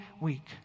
week